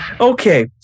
Okay